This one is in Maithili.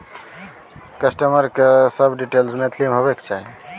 कस्टमर के सब डिटेल मैथिली में होबाक चाही